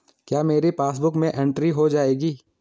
क्या मेरी पासबुक में एंट्री हो जाएगी?